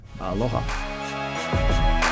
aloha